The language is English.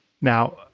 Now